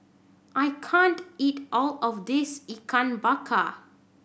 I can't eat all of this Ikan Bakar